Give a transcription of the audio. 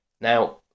now